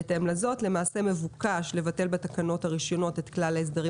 בהתאם לזאת למעשה מבוקש לבטל בתקנות הרישיונות את כלל ההסדרים